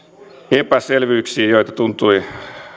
epäselvyyksiin joita tuntui